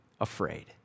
afraid